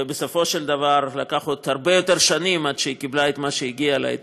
ובסופו של דבר עברו עוד הרבה יותר שנים עד שהיא קיבלה את מה שהגיע לה,